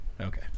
okay